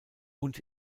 und